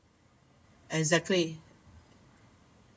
exactly